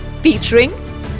featuring